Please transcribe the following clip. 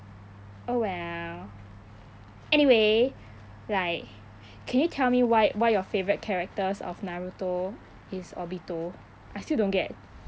oh well anyway like can you tell me why why your favourite characters of naruto is obito I still don't get